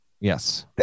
Yes